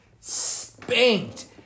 Spanked